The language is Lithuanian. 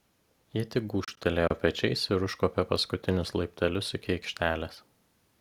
ji tik gūžtelėjo pečiais ir užkopė paskutinius laiptelius iki aikštelės